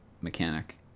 mechanic